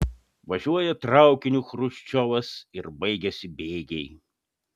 važiuoja traukiniu chruščiovas ir baigiasi bėgiai